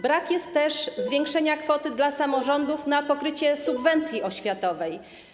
Brak też zwiększenia kwoty dla samorządów na pokrycie subwencji oświatowej.